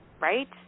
right